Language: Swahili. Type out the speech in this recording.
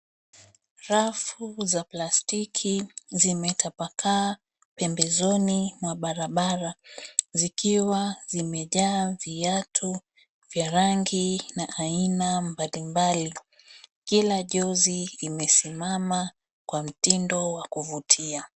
Rafu za plastiki zimetapakaa pembezoni mwa barabara zikiwa zimejaa viatu vya rangi na aina mbalimbali. Kila jozi imesimama kwa mtindo wa kuvutia.